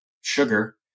sugar